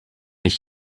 ich